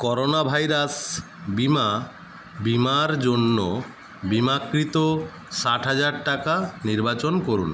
corona virus বিমা বিমার জন্য বিমাকৃত ষাট হাজার টাকা নির্বাচন করুন